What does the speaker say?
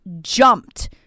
jumped